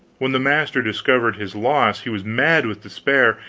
when the master discovered his loss, he was mad with despair,